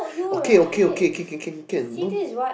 okay okay okay can can can can don't